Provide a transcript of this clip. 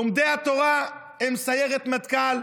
לומדי התורה הם סיירת מטכ"ל.